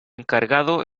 encargado